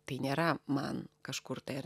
tai nėra man kažkur tai ar